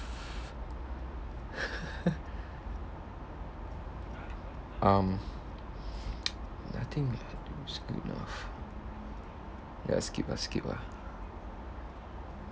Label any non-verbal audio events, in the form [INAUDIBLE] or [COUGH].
[LAUGHS] um [NOISE] nothing I do is good enough ya skip ah skip ah